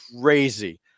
crazy